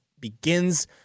begins